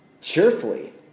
cheerfully